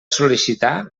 sol·licitar